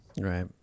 Right